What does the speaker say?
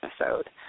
episode